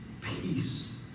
Peace